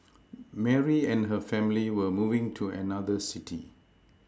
Mary and her family were moving to another city